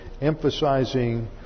emphasizing